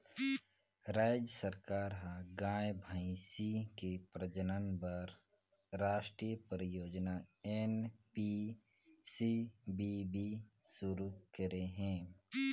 सरकार ह गाय, भइसी के प्रजनन बर रास्टीय परियोजना एन.पी.सी.बी.बी सुरू करे हे